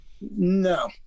No